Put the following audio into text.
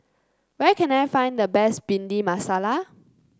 where can I find the best Bhindi Masala